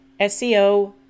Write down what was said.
seo